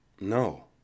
No